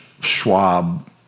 Schwab